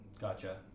Gotcha